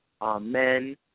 Amen